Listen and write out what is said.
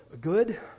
good